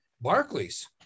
Barclays